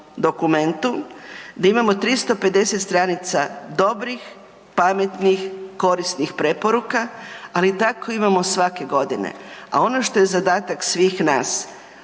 dokumentu. Da imamo 350 stranica dobrih, pametnih, korisnih preporuka, ali tako imamo svake godine. A ono što je zadatak svih nas